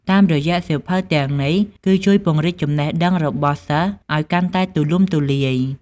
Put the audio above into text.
តាមរយៈសៀវភៅទាំងនេះ គឺជួយពង្រីកចំណេះដឹងរបស់សិស្សឱ្យកាន់តែទូលំទូលាយ។